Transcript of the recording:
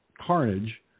carnage